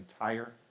entire